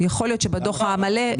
יכול להיות שיהיו נתונים בדוח המלא.